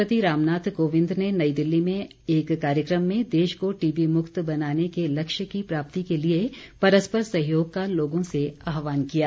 राष्ट्रपति रामनाथ कोविंद ने नई दिल्ली में एक कार्यक्रम में देश को टीबी मुक्त बनाने के लक्ष्य की प्राप्ति के लिए परस्पर सहयोग का लोगों से आहवान किया है